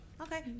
Okay